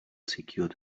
secured